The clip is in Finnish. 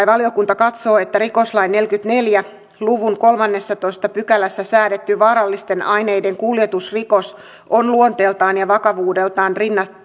valiokunta katsoo että rikoslain neljänkymmenenneljän luvun kolmannessatoista pykälässä säädetty vaarallisten aineiden kuljetusrikos on luonteeltaan ja vakavuudeltaan